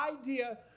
idea